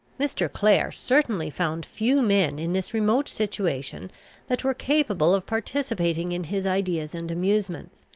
mr. clare certainly found few men in this remote situation that were capable of participating in his ideas and amusements.